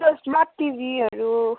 just smart टिभीहरू